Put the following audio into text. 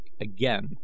again